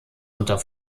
unter